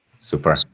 Super